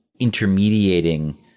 intermediating